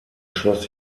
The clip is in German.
schloss